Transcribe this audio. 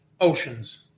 oceans